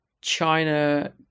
China